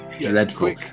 Dreadful